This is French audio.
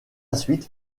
suite